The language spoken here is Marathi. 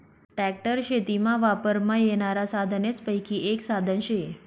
ट्रॅक्टर शेतीमा वापरमा येनारा साधनेसपैकी एक साधन शे